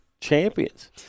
champions